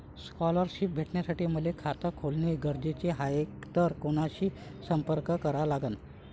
Scholarship भेटासाठी मले खात खोलने गरजेचे हाय तर कुणाशी संपर्क करा लागन?